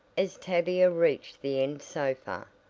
as tavia reached the end sofa,